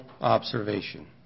observation